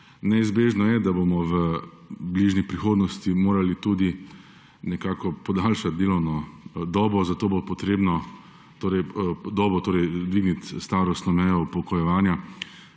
Neizbežno je, da bomo v bližnji prihodnosti morali tudi nekako podaljšati delovno dobo, torej dvigniti starostno mejo upokojevanja.